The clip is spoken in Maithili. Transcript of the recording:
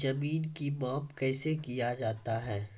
जमीन की माप कैसे किया जाता हैं?